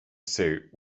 suit